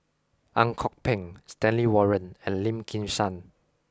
Ang Kok Peng Stanley Warren and Lim Kim San